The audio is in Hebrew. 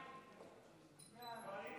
ההצעה